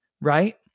right